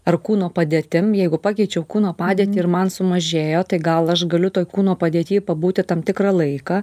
ar kūno padėtim jeigu pakeičiau kūno padėtį ir man sumažėjo tai gal aš galiu toj kūno padėty pabūti tam tikrą laiką